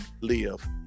live